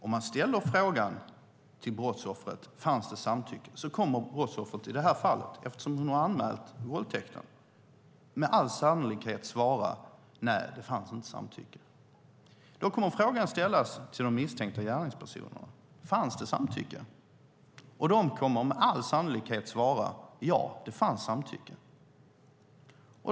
Om man frågar brottsoffret om det fanns samtycke kommer brottsoffret i det här fallet, eftersom hon har anmält våldtäkten, med all sannolikhet att svara: Nej, det fanns inte samtycke. Då kommer de misstänkta gärningspersonerna att få frågan: Fanns det samtycke? De kommer med all sannolikhet att svara: Ja, det fanns samtycke.